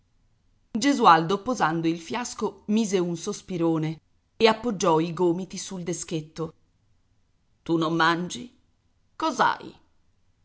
gesualdo posando il fiasco mise un sospirone e appoggiò i gomiti sul deschetto tu non mangi